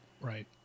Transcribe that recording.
Right